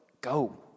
Go